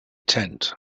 tent